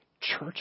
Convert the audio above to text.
church